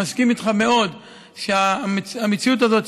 מסכים איתך מאוד שהמציאות הזאת,